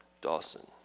Dawson